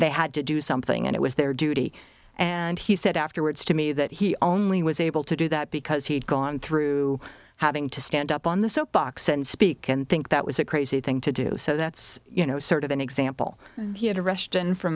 they had to do something and it was their duty and he said afterwards to me that he only was able to do that because he had gone through having to stand up on the soapbox and speak and think that was a crazy thing to do so that's you know sort of an example he had of r